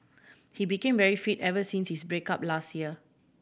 he became very fit ever since his break up last year